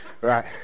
Right